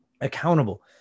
Accountable